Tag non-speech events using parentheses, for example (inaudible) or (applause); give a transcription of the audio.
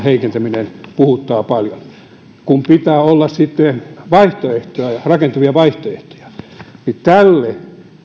(unintelligible) heikentäminen puhuttaa paljon kun pitää olla sitten rakentavia vaihtoehtoja niin tälle